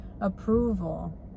approval